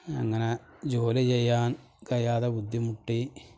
അങ്ങനെ ജോലി ചെയ്യാന് കഴിയാതെ ബുദ്ധിമുട്ടി